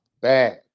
bad